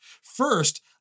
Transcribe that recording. First